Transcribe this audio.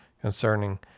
concerning